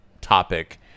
topic